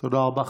תודה רבה.